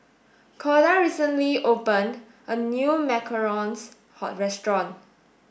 Corda recently opened a new Macarons how restaurant